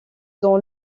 dans